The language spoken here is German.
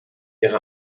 ihre